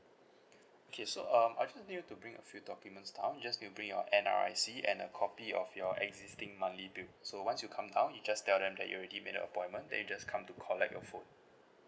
okay so um I just need you to bring a few documents down you just need to bring your N_R_I_C and a copy of your existing monthly bill so once you come down you just tell them that you already made a appointment then you just come to collect your phone